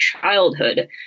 childhood